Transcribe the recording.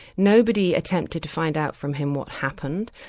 nobody attempted to find out from him what happened,